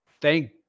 thank